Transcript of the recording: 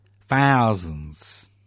thousands